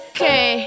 Okay